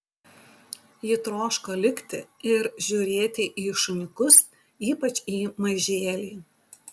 ji troško likti ir žiūrėti į šuniukus ypač į mažėlį